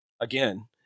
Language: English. again